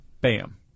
Bam